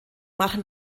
machen